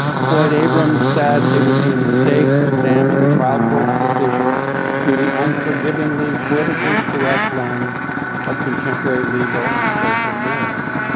floyd abrams said, it would be a mistake to examine the trial court's decision through the unforgivingly politically correct lens of contemporary legal and social mores.